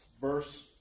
verse